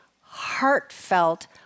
heartfelt